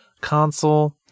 console